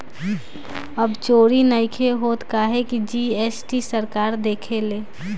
अब चोरी नइखे होत काहे की जी.एस.टी सरकार देखेले